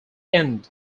end